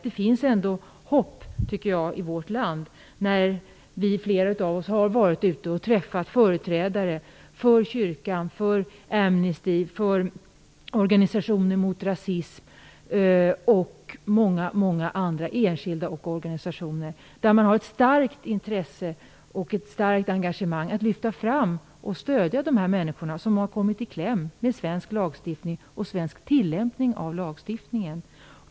Det finns ändå hopp, tycker jag, i vårt land. Det är flera av oss som har träffat företrädare för kyrkan, Amnesty, organisationer mot rasism och många andra, enskilda som organisationer, som har ett starkt intresse och engagemang att lyfta fram och stödja de här människorna som har kommit i kläm mellan svensk lagstiftning och svensk tillämpning av lagstiftningen.